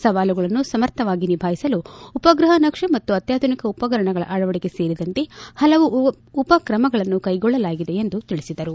ಸವಾಲುಗಳನ್ನು ಸಮರ್ಥವಾಗಿ ನಿಭಾಯಿಸಲು ಉಪಗ್ರಹ ನಕ್ಷೆ ಮತ್ತು ಅತ್ಯಾಧುನಿಕ ಉಪಕರಣಗಳ ಅಳವಡಿಕೆ ಸೇರಿದಂತೆ ಹಲವು ಉಪಕ್ರಮಗಳನ್ನು ಕೈಗೊಳ್ಳಲಾಗಿದೆ ಎಂದು ತಿಳಿಸಿದರು